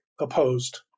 opposed